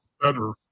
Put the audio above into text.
better